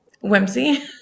whimsy